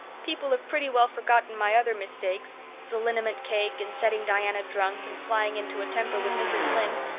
people have pretty well forgotten my other mistakes the liniment cake and setting diana drunk and flying into a temper with mrs. lynde.